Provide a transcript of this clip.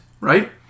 right